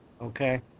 okay